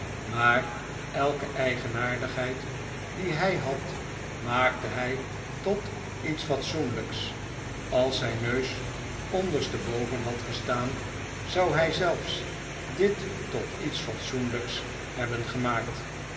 maar elke eigenaardigheid die hij had maakte hij tot iets fatsoenlijks als zijn neus ondersteboven had gestaan zou hij zelfs dit tot iets fatsoenlijks hebben gemaakt